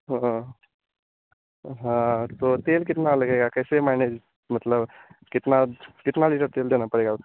हाँ तो तेल कितना लगेगा कैसे मैनेज़ मतलब कितना कितना लीटर तेल देना पड़ेगा उसमें